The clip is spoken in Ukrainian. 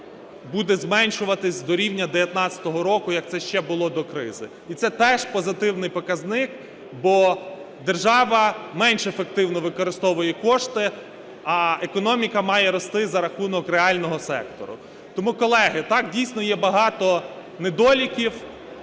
буде зменшуватись до рівня 2019 року, як це ще було до кризи. І це теж позитивний показник, бо держава менш ефективно використовує кошти, а економіка має рости за рахунок реального сектору. Тому, колеги, так, дійсно є багато недоліків,